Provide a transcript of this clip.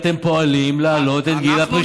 אתם פועלים להעלות את גיל הפרישה,